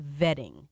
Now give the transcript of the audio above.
vetting